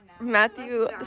Matthew